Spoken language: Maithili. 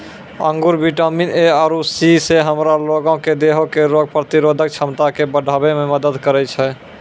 अंगूर विटामिन ए आरु सी से हमरा लोगो के देहो के रोग प्रतिरोधक क्षमता के बढ़ाबै मे मदत करै छै